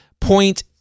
point